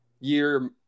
year